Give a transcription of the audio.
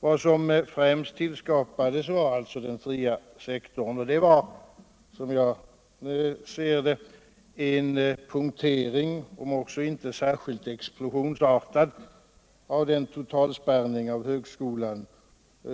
Vad som främst tillskapades var den fria sektorn, och det var som jag ser saken en punktering, om också inte särskilt explosionsartad, av den totalspärrning av högskolan